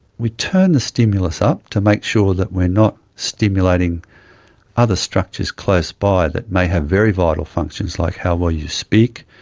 we turned the stimulus up to make sure that we are not stimulating other structures close by that may have very vital functions like how well you speak,